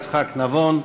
יצחק נבון,